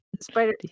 spider